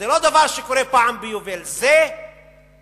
זה לא דבר שקורה פעם ביובל, זה דבר